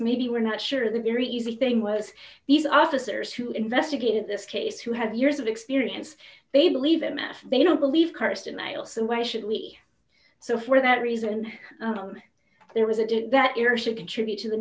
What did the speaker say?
maybe we're not sure the very easy thing was these officers who investigated this case who have years of experience they believe in math they don't believe carsten mail so why should we so for that reason there was it that year should contribute to the